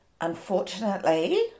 unfortunately